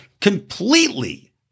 completely